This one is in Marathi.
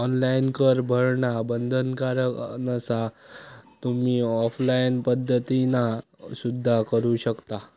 ऑनलाइन कर भरणा बंधनकारक नसा, तुम्ही ऑफलाइन पद्धतीना सुद्धा करू शकता